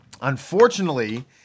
unfortunately